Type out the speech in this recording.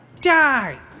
die